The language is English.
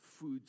food